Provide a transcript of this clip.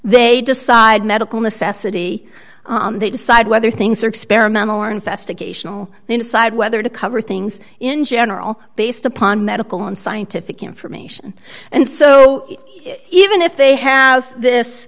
they decide medical necessity they decide whether things are experimental or investigation will they decide whether to cover things in general based upon medical and scientific information and so even if they have this